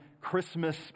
Christmas